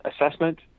assessment